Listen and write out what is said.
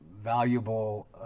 valuable